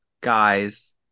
guys